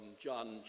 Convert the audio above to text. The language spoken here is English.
John